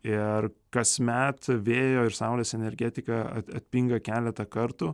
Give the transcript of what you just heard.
ir kasmet vėjo ir saulės energetika atpinga keletą kartų